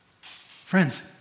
Friends